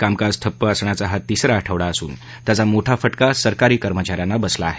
कामकाज ठप्प असण्याचा हा तीसरा आठवडा असून त्याचा मोठा फटका सरकारी कर्मचाऱ्यांना बसला आहे